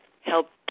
help